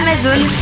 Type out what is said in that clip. Amazon